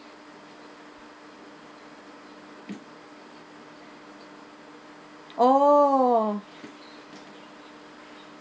oh